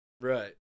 Right